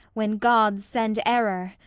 when gods send error,